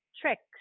tricks